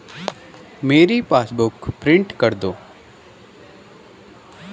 मेरी passbook print कर दो